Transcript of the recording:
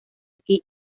aquí